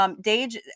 Dage